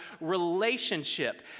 relationship